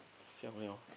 siao [liao]